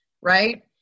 right